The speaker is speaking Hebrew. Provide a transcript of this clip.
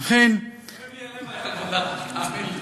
אכן, כואב לי הלב עליך, תאמין לי.